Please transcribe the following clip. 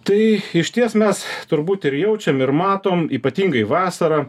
tai išties mes turbūt ir jaučiam ir matom ypatingai vasarą